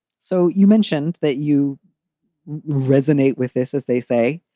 so you mentioned that you resonate with this, as they say,